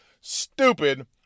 stupid